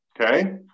okay